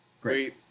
great